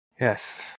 Yes